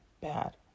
bad